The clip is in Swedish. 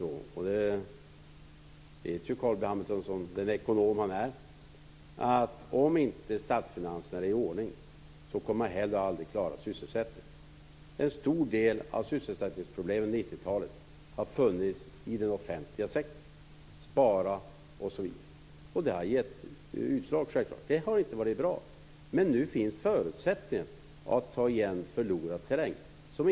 Som den ekonom Carl B Hamilton är vet han att om statsfinanserna inte är i ordning kommer man heller aldrig att klara av sysselsättningen. En stor del av sysselsättningsproblemen under 90-talet har funnits i den offentliga sektorn på grund av bl.a. besparingar. Det har självfallet gett utslag. Det har inte varit bra. Men nu finns förutsättningar för att ta igen förlorad terräng.